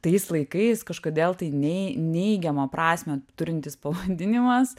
tais laikais kažkodėl tai nei neigiamą prasmę turintis pavadinimas